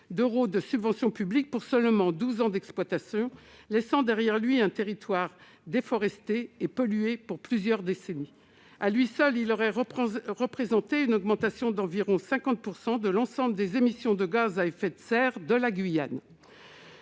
d'euros de subvention publique, pour seulement douze ans d'exploitation, laissant derrière lui un territoire déboisé et pollué pour plusieurs décennies. À lui seul, il aurait représenté une augmentation d'environ 50 % de l'ensemble des émissions de gaz à effet de serre de la Guyane.